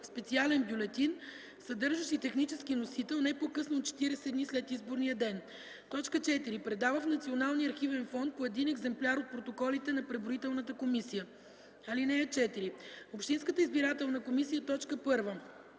специален бюлетин, съдържащ и технически носител, не по-късно от 40 дни след изборния ден; 4. предава в Националния архивен фонд по 1 екземпляр от протоколите на преброителната комисия. (4) Общинската избирателна комисия: 1.